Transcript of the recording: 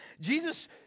Jesus